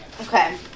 Okay